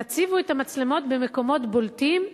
תציבו את המצלמות במקומות בולטים,